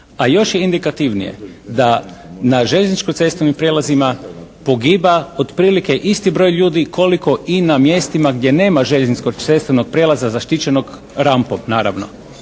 A još je indikativnije da na željezničko-cestovnim prijelazima pogiba otprilike isti broj ljudi koliko i na mjestima gdje nema željezničko-cestovnog prijelaza zaštićenog rampom naravno.